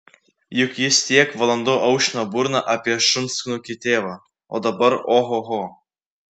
juk jis tiek valandų aušino burną apie šunsnukį tėvą o dabar ohoho